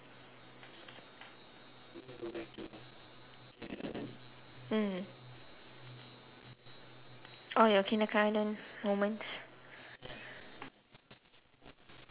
mm oh your kindergarten moments